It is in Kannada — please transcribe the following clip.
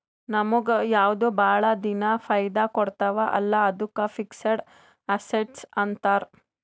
ನಮುಗ್ ಯಾವ್ದು ಭಾಳ ದಿನಾ ಫೈದಾ ಕೊಡ್ತಾವ ಅಲ್ಲಾ ಅದ್ದುಕ್ ಫಿಕ್ಸಡ್ ಅಸಸ್ಟ್ಸ್ ಅಂತಾರ್